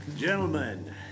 Gentlemen